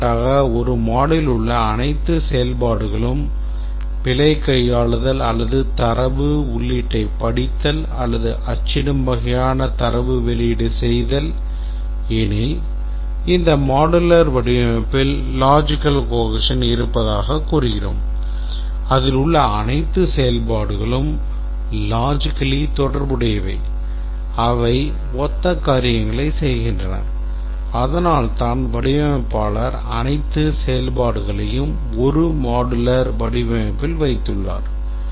எடுத்துக்காட்டாக ஒரு module உள்ள அனைத்து செயல்பாடுகளும் பிழை கையாளுதல் அல்லது தரவு உள்ளீட்டைப் படித்தல் அல்லது அச்சிடும் வகையான தரவு வெளியீடு செய்தல் எனில் இந்த modular வடிவமைப்பில் logical cohesion இருப்பதாகக் கூறுகிறோம் அதில் உள்ள அனைத்து செயல்பாடுகளும் logically தொடர்புடையவை அவை ஒத்த காரியங்களைச் செய்கின்றன அதனால்தான் வடிவமைப்பாளர் அனைத்து செயல்பாடுகளையும் ஒரு modular வடிவமைப்பில் வைத்துள்ளார்